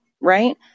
right